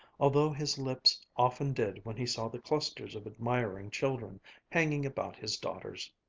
although his lips often did when he saw the clusters of admiring children hanging about his daughters.